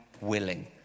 willing